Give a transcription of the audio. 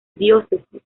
diócesis